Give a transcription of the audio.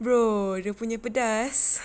bro dia punya pedas